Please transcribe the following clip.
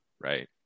Right